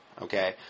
Okay